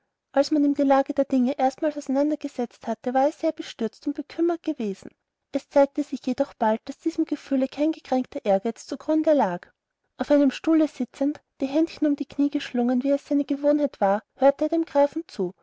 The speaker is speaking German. als man ihm die lage der dinge erstmals auseinandergesetzt hatte war er sehr bestürzt und bekümmert gewesen es zeigte sich jedoch bald daß diesem gefühle kein gekränkter ehrgeiz zu grunde lag auf einem stuhle sitzend die händchen um die kniee geschlungen wie es seine gewohnheit war hörte er dem grafen zu